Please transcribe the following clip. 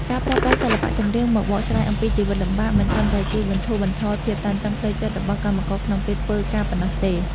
ការប្រើប្រាស់សិល្បៈចម្រៀងមកបកស្រាយអំពីជីវិតលំបាក មិនត្រឹមតែជួយបន្ធូរបន្ថយភាពតានតឹងផ្លូវចិត្តរបស់កម្មករក្នុងពេលធ្វើការប៉ុណ្ណោះទេ។